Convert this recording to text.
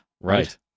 Right